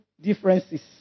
differences